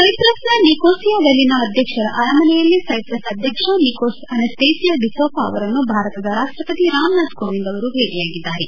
ಸೈಪ್ರಸ್ನ ನಿಕೋಸಿಯಾದಲ್ಲಿನ ಅಧ್ಯಕ್ಷರ ಅರಮನೆಯಲ್ಲಿ ಸೈಪ್ರಸ್ ಅಧ್ಯಕ್ಷ ನಿಕೋಸ್ ಅನಸ್ಥೇಸಿಯಾಡಿಸೋಫ್ ಅವರನ್ನು ಭಾರತದ ರಾಷ್ಟಪತಿ ರಾಮನಾಥ್ ಕೋವಿಂದ್ ಅವರು ಭೇಟಿಯಾಗಿದ್ದಾರೆ